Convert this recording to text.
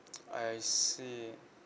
I see